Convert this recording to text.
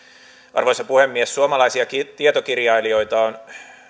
arvoisa puhemies suomalaisia tietokirjailijoita on